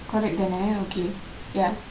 correct தான:thaana okay ya